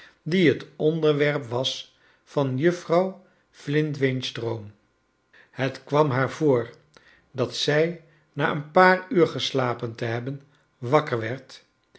die het onderwerp was van juffrouw flintwinch's droom het kwam haar voor dat zij na een paar uur geslapen te hebben wakker werd